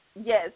Yes